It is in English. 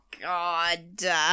God